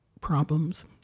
problems